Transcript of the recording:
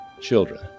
children